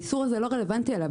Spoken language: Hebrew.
האיסור הזה לא רלוונטי אליה,